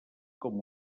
com